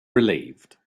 relieved